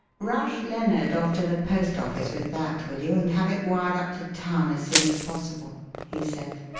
rush lennard off to the post-office with that, will you? and have it wired up to town as soon as possible, he said.